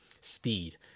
speed